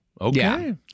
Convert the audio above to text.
Okay